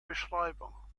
beschreibung